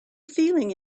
feeling